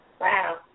Wow